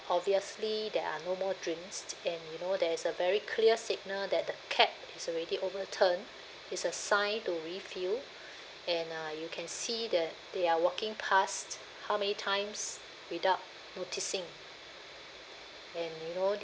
obviously there are no more drinks and you know there is a very clear signal that the cap is already overturn it's a sign to refill and uh you can see that they are walking past how many times without noticing and you know